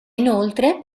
inoltre